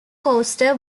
coaster